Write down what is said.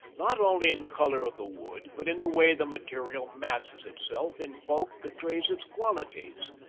not only in the color of the wood, but in the way the material masses itself, in bulk betrays its qualities.